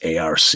arc